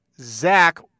Zach